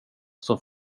som